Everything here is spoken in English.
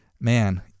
man